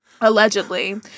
allegedly